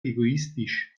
egoistisch